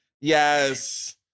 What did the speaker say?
Yes